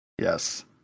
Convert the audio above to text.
Yes